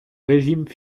régime